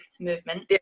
movement